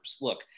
Look